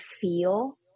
feel